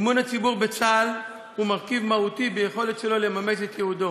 אמון הציבור בצה"ל הוא מרכיב מהותי ביכולת שלו לממש את ייעודו.